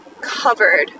covered